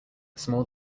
small